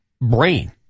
brain